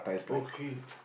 okay